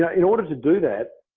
ah in order to do that,